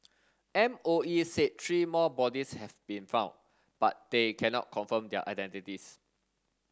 M O E said three more bodies have been found but they cannot confirm their identities